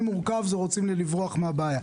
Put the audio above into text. שרוצים לברוח מהבעיה.